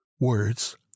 Words